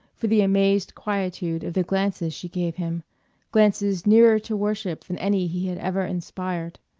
for the amazed quietude of the glances she gave him glances nearer to worship than any he had ever inspired.